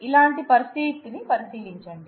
ఇలాంటి పరిస్థితిని పరిశీలించండి